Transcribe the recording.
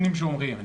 שאומרים.